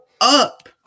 up